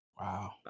Wow